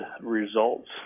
results